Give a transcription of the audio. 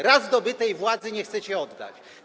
Raz zdobytej władzy nie chcecie oddać.